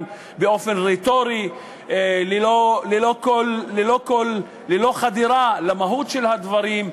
באופן רטורי ללא חדירה למהות של הדברים,